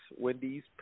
Wendy's